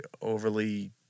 overly